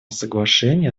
соглашения